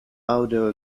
audio